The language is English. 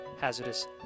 hazardous